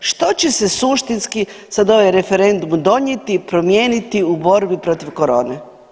Što će suštinski sad ovaj referendum donijeti, promijeniti u borbi protiv corone?